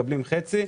מקבלים חצי.